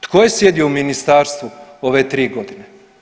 Tko je sjedio u ministarstvu ove tri godine?